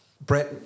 Brett